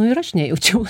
nu ir aš nejaučiau